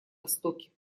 востоке